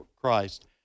Christ